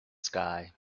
sky